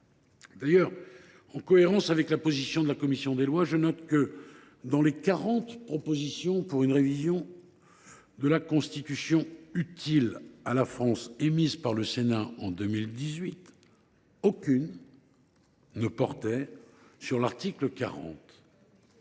D’ailleurs, en cohérence avec la position de la commission des lois, je note que, parmi les quarante propositions pour une révision de la Constitution utile à la France émises par le Sénat en 2018, aucune ne visait l’article 40.